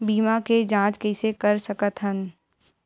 बीमा के जांच कइसे कर सकत हन?